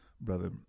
Brother